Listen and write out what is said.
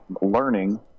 learning